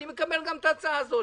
אני מקבל גם את ההצעה הזאת,